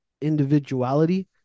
individuality